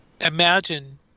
imagine